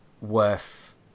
worth